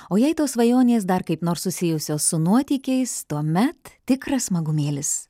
o jei tos svajonės dar kaip nors susijusios su nuotykiais tuomet tikras smagumėlis